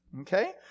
okay